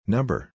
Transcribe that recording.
Number